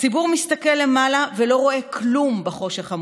הציבור מסתכל למעלה ולא רואה כלום בחושך המוחלט.